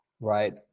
right